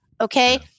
Okay